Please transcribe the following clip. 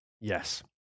yes